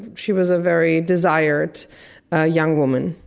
she was a very desired ah young woman.